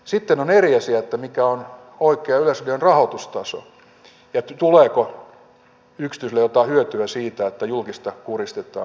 sitten on eri asia mikä on oikea yleisradion rahoitustaso ja tuleeko yksityisille jotain hyötyä siitä että julkista kuristetaan